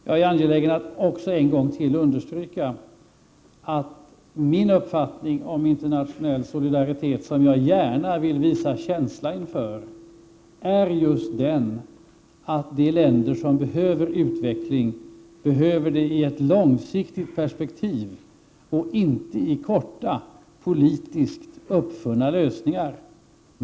Jag är angelägen om att än en gång understryka att min uppfattning om internationell solidaritet, som jag gärna vill visa känsla inför, är att de länder som behöver utveckling behöver det i ett långsiktigt perspektiv och inte genom kortsiktiga, politiskt uppfunna lösningar.